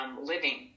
living